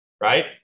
right